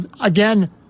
again